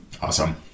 Awesome